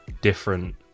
different